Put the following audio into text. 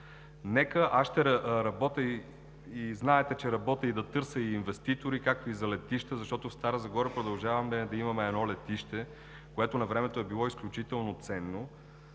знаете, че работя и да търся и инвеститори, както и за летище, защото в Стара Загора продължаваме да имаме едно летище, което навремето е било изключително ценно,